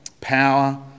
power